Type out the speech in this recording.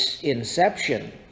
inception